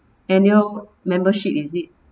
annual membership is it